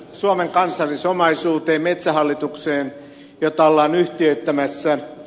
suomen kansallisomaisuutta metsähallitusta ollaan yhtiöittämässä